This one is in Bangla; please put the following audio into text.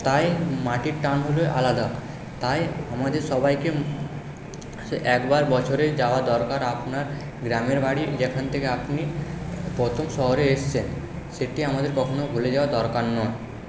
তাই মাটির টান হল আলাদা তাই আমাদের সবাইকে একবার বছরে যাওয়া দরকার আপনার গ্রামের বাড়ি যেখান থেকে আপনি প্রথম শহরে এসছেন সেটি আমাদের কখনো ভুলে যাওয়া দরকার নয়